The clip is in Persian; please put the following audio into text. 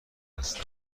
هستم